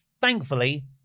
Thankfully